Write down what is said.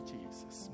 Jesus